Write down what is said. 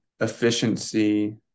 efficiency